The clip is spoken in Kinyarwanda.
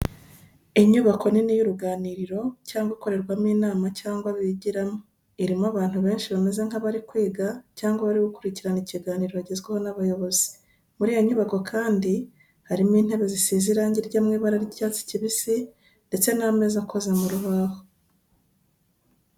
Inyubako nini y'uruganiriro cyangwa ikorerwamo inama cyangwa bigiramo, irimo abantu benshi bameze nk'abari kwiga cyangwa bari gukurikira ikiganiro bagezwagaho n'abayobozi. Muri iyo nyubako kandi, harimo intebe zisize irangi ryo mu ibara ry'icyatsi kibisi, ndetse n'ameza akoze mu rubaho.